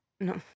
No